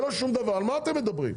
על מה אתם מדברים?